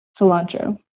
cilantro